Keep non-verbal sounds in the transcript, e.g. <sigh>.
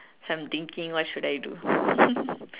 so I'm thinking what should I do <laughs>